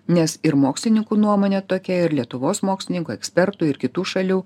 nes ir mokslininkų nuomone tokia ir lietuvos mokslininkų ekspertų ir kitų šalių